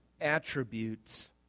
attributes